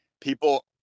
People